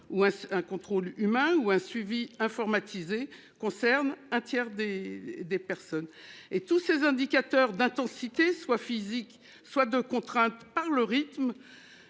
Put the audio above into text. est un contrôle humain ou un suivi informatisé concerne un tiers des des personnes. Et tous ces indicateurs d'intensité soit physique soit de contrainte par le rythme.